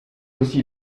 aussi